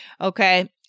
okay